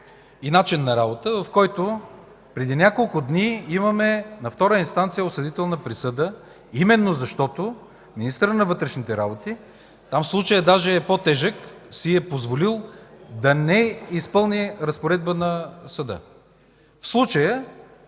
и начин на работа, в който – преди няколко дни имаме на втора инстанция осъдителна присъда, именно защото министърът на вътрешните работи, там случаят даже е по-тежък, си е позволил да не изпълни разпоредба на съда. В случая